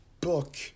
book